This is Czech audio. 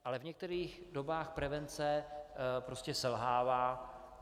Ale v některých dobách prevence prostě selhává.